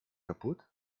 kaputt